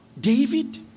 David